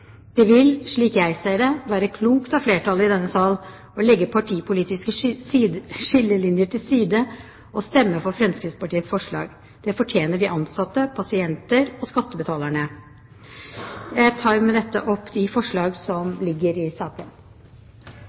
Det vil, slik jeg ser det, være klokt av flertallet i denne sal å legge partipolitiske skillelinjer til side og stemme for Fremskrittspartiets forslag. Det fortjener de ansatte, pasientene og skattebetalerne. Jeg tar med dette opp de